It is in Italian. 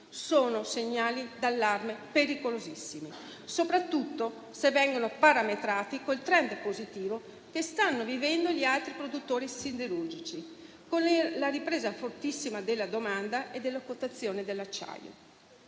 sono segnali d'allarme pericolosissimi, soprattutto se vengono parametrati col *trend* positivo che stanno vivendo gli altri produttori siderurgici, con la ripresa fortissima della domanda e della quotazione dell'acciaio.